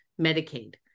Medicaid